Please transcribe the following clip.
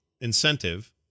incentive